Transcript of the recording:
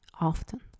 often